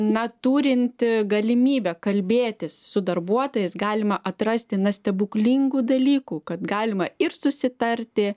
na turint galimybę kalbėtis su darbuotojais galima atrasti na stebuklingų dalykų kad galima ir susitarti